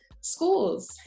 schools